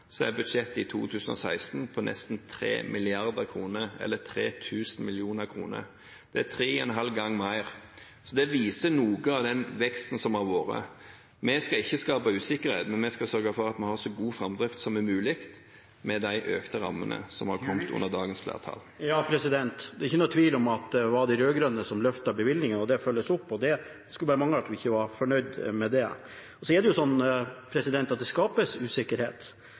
er budsjettet i 2016 på nesten 3 mrd. kr, eller 3 000 mill. kr. Det er tre og en halv gang mer. Det viser noe av veksten som har vært. Vi skal ikke skape usikkerhet, men vi skal sørge for at vi har så god framdrift som mulig med de økte rammene som har kommet under dagens flertall. Det er ingen tvil om at det var de rød-grønne som løftet bevilgningene, og det følges opp. Det skulle bare mangle at man ikke var fornøyd med det. Så er det sånn at det skapes usikkerhet